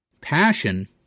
Passion